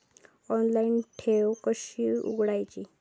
Online ठेव कशी उघडायची?